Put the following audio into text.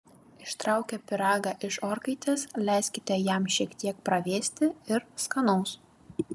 ištraukę pyragą iš orkaitės leiskite jam šiek tiek pravėsti ir skanaus